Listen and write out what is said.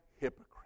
hypocrite